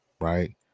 right